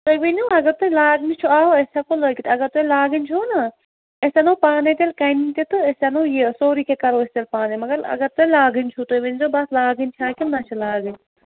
تُہۍ ؤنِو اگر تۄہہِ لاگنہِ چھو اَوا أسۍ ہٮ۪کو لٲگِتھ اگر تۄہہِ لاگٕنۍ چھُو نَہ أسۍ اَنو پانَے تیٚلہِ کَنہِ تہِ تہٕ أسۍ اَنو یہِ سورٕے کیٚنٛہہ کَرو أسۍ تیٚلہِ پانَے مگر اگر تۄہہِ لاگٕنۍ چھُو تۄہہِ ؤنۍزیو بَس لاگٕنۍ چھا کِن نَہ چھِ لاگٕنۍ